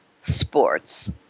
sports